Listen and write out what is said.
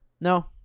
No